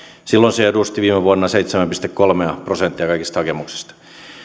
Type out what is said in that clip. silloin se edusti viime vuonna seitsemää pilkku kolmea prosenttia kaikista hakemuksista